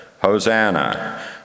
Hosanna